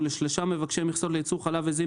ולשלושה מבקשי מכסה לייצור חלב עיזים